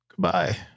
goodbye